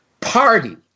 party